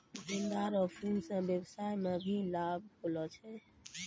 गेंदा रो फूल से व्यबसाय मे भी लाब होलो छै